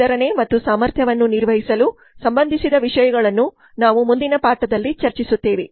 ವಿತರಣೆ ಮತ್ತು ಸಾಮರ್ಥ್ಯವನ್ನು ನಿರ್ವಹಿಸಲು ಸಂಬಂಧಿಸಿದ ವಿಷಯಗಳನ್ನು ನಾವು ಮುಂದಿನ ಪಾಠದಲ್ಲಿ ಚರ್ಚಿಸುತ್ತೇವೆ